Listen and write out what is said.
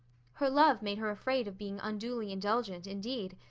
her love made her afraid of being unduly indulgent, indeed.